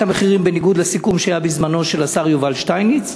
המחירים בניגוד לסיכום שהיה בזמנו עם השר יובל שטייניץ,